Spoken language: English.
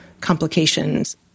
complications